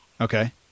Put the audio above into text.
Okay